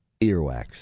earwax